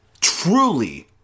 truly